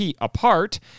apart